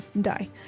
die